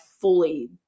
fully